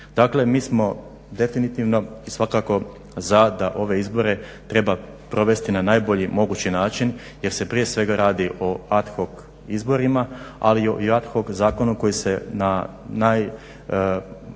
Dakle, mi smo definitivno i svakako za da ove izbore treba provesti na najbolji mogući način jer se prije svega radi o ad hoc izborima, ali i o ad hoc zakonu koji se na najblaže